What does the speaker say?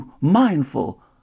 mindful